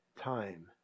time